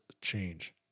change